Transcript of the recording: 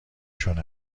شده